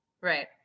Right